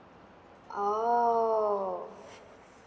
oh